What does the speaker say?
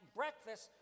breakfast